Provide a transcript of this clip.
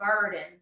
burden